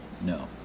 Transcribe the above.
no